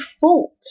fault